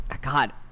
God